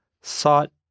sought